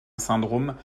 syndrome